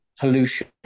Pollution